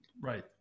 Right